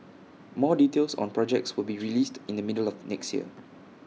more details on projects will be released in the middle of next year